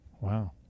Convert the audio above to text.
Wow